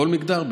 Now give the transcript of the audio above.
כל מגדר,